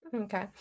Okay